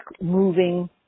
moving